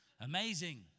Amazing